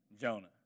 Jonah